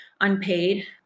unpaid